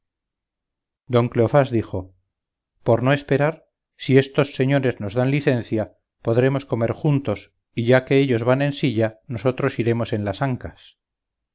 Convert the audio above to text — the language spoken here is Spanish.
don cleofás dijo por no esperar si estos señores nos dan licencia podremos comer juntos y ya que ellos van en la silla nosotros iremos en las ancas